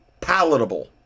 palatable